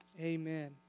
Amen